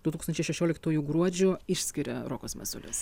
du tūkstančiai šešioliktųjų gruodžio išskiria rokas masiulis